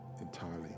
entirely